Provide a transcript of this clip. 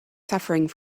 suffering